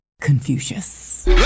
confucius